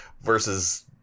versus